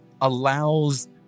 allows